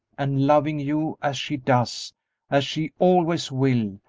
and loving you as she does as she always will,